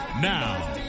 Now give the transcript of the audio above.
Now